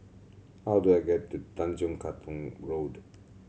how do I get to Tanjong Katong Road